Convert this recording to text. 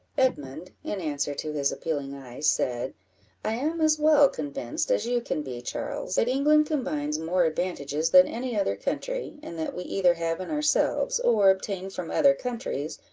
edmund, in answer to his appealing eye, said i am as well convinced as you can be, charles, that england combines more advantages than any other country, and that we either have in ourselves, or obtain from other countries,